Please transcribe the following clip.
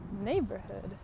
neighborhood